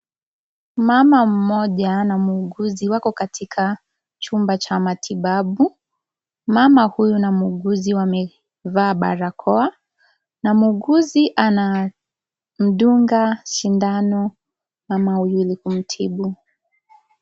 Mama mmoja na muuguzi. Wako katika chumba cha matibabu. Mama huyu na muuguzi, wamevaa balakoa. Na muuguzi anamdunga sindano mama huyu ili kumtibu.